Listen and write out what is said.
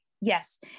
Yes